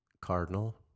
Cardinal